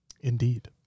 Indeed